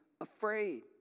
afraid